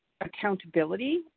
accountability